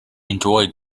enjoyed